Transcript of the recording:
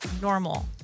normal